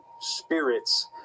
spirits